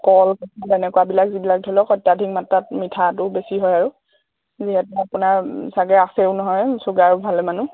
কল যিবিলাক ধৰি লওক অত্যাধিক মাত্ৰাত মিঠাটো বেছি হয় আৰু যিহেতু আপোনাৰ চাগে আছেও নহয় চুগাৰ ভালেমানো